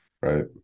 Right